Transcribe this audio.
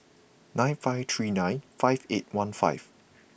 nine five three nine five eight one five